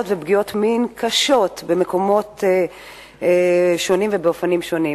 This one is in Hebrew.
ופגיעות מין קשות במקומות שונים ובאופנים שונים.